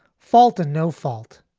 fault, a no fault.